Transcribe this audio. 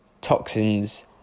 toxins